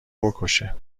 بکشه